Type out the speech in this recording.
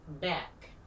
back